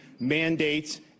mandates